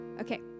okay